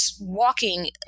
walking